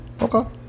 Okay